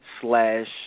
slash